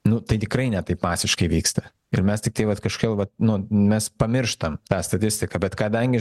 nu tai tikrai ne taip masiškai vyksta ir mes tiktai vat kažkaip na vat nu mes pamirštam tą statistiką bet kadangi